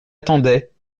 attendait